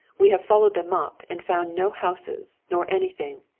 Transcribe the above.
we have followed them up and found no houses, no anything.